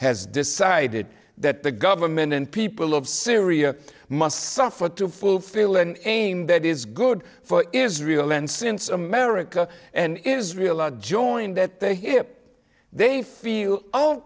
has decided that the government and people of syria must suffer to fulfill an aim that is good for israel and since america and israel are joined at the hip they feel oh